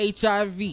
HIV